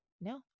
No